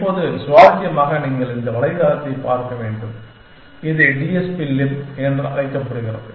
இப்போது சுவாரஸ்யமாக நீங்கள் இந்த வலைத்தளத்தைப் பார்க்க வேண்டும் இது டிஸ்பி லிப் என்று அழைக்கப்படுகிறது